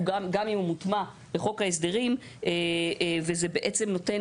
גם אם הוא מוטמע בחוק ההסדרים, וזה בעצם נותן